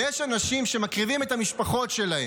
ויש אנשים שמקריבים את המשפחות שלהם,